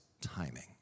timing